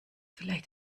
vielleicht